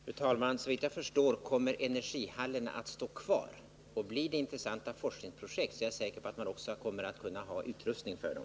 Fru talman! Såvitt jag förstår kommer energihallen att stå kvar. Blir det fråga om intressanta forskningsprojekt, är jag säker på att man också kommer att kunna få utrustning för dem.